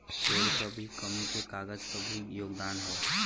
पेड़ क कमी में कागज क भी योगदान हौ